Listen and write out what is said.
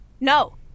No